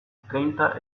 treinta